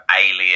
alien